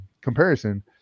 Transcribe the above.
comparison